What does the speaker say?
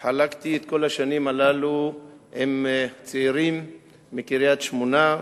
חלקתי את כל השנים הללו עם צעירים מקריית-שמונה,